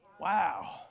Wow